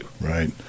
Right